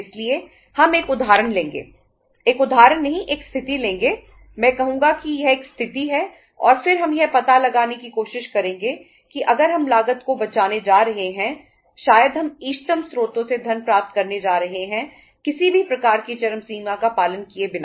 इसलिए हम एक उदाहरण लेंगे एक उदाहरण नहीं एक स्थिति लेंगे मैं कहूंगा कि यह एक स्थिति है और फिर हम यह पता लगाने की कोशिश करेंगे कि अगर हम लागत को बचाने जा रहे हैं शायद हम इष्टतम स्रोतों से धन प्राप्त करने जा रहे हैं किसी भी प्रकार की चरम सीमा का पालन किए बिना